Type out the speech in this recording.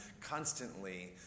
constantly